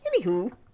anywho